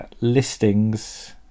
listings